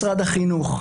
משרד החינוך,